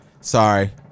Sorry